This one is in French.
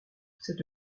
cette